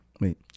Wait